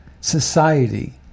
society